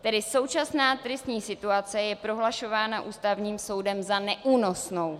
Tedy současná tristní situace je prohlašována Ústavním soudem za neúnosnou.